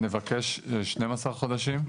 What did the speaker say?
נבקש 12 חודשים.